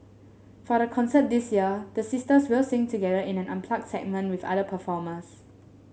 for the concert this year the sisters will sing together in an unplugged segment with other performers